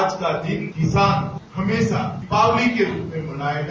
आज का दिन किसान हमेशा दीपावली के रूप में मनायेगा